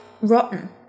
rotten